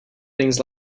things